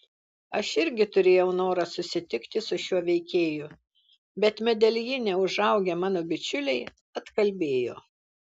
aš irgi turėjau norą susitikti su šiuo veikėju bet medeljine užaugę mano bičiuliai atkalbėjo